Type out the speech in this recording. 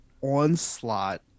onslaught